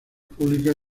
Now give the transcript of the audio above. públicas